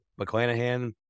McClanahan